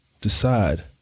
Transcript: decide